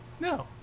No